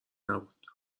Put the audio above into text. نبود